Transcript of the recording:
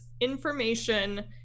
information